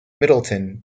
middleton